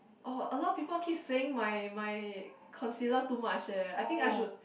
oh a lot of people keep saying my my concealer too much eh I think I should